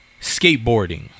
skateboarding